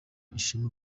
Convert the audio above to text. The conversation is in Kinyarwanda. ishema